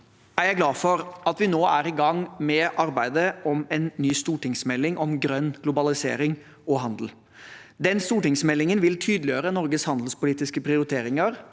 Jeg er glad for at vi nå er i gang med arbeidet med en ny stortingsmelding om grønn globalisering og handel. Den stortingsmeldingen vil tydeliggjøre Norges handelspolitiske prioriteringer